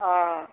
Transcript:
অঁ